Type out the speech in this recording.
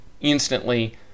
instantly